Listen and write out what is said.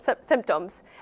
symptoms